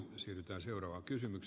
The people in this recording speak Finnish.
siitä seuraa osalta